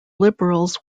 liberals